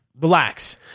relax